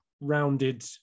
rounded